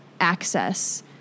access